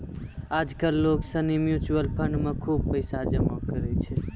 आज कल लोग सनी म्यूचुअल फंड मे खुब पैसा जमा करै छै